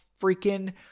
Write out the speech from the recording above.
freaking